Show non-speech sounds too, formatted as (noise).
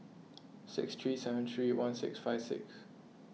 (noise) six three seven three one six five six